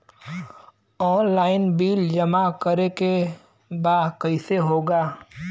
Online bill जमा करे के बा कईसे होगा?